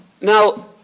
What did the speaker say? Now